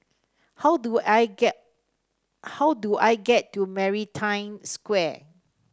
how do I get how do I get to Maritime Square